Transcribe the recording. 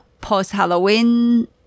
post-Halloween